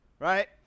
Right